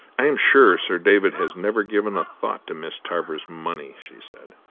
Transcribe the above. i am sure sir david has never given a thought to miss tarver's money, she said.